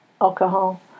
alcohol